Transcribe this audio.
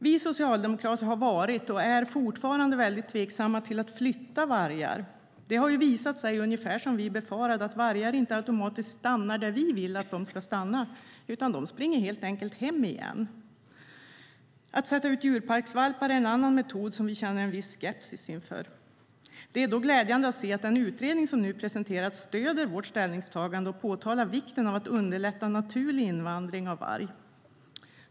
Vi socialdemokrater har varit och är fortfarande väldigt tveksamma till att flytta vargar. Det har ungefär som vi befarade visat sig att vargar inte automatiskt stannar där vi vill att de ska stanna, utan de springer helt enkelt hem igen. Att sätta ut djurparksvalpar är en annan metod vi känner en viss skepsis inför. Det är då glädjande att se att den utredning som nu presenterats stöder vårt ställningstagande och påtalar vikten av att underlätta naturlig invandring av varg.